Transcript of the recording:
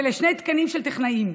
ולשני תקנים של טכנאים.